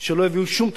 שלא הביאו שום תועלת,